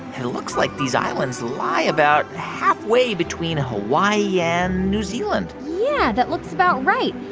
it looks like these islands lie about halfway between hawaii and new zealand yeah, that looks about right.